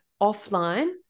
offline